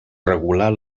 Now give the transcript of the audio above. regular